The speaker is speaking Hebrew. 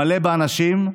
מלא באנשים,